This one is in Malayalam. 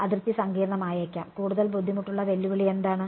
അതിർത്തി സങ്കീർണ്ണമായേക്കാം കൂടുതൽ ബുദ്ധിമുട്ടുള്ള വെല്ലുവിളി എന്താണ്